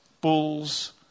Bulls